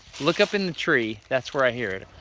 look up in the tree. that's where i hear it